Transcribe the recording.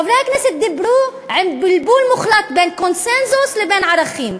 חברי הכנסת דיברו מתוך בלבול מוחלט בין קונסנזוס לבין ערכים.